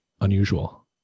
unusual